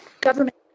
government